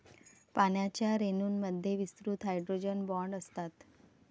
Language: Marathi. पाण्याच्या रेणूंमध्ये विस्तृत हायड्रोजन बॉण्ड असतात